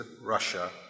Russia